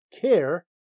care